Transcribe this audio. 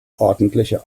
ordentliche